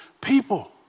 people